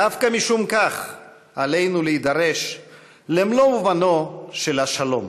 דווקא משום כך עלינו להידרש למלוא מובנו של השלום.